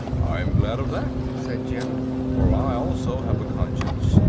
i'm glad of that, said jim for i, also, have a conscience,